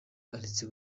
aretse